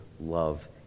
love